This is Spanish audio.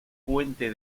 fuente